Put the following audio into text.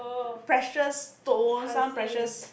pleasures tons some pleasures